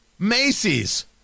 macy's